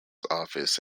office